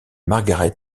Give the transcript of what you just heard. margaret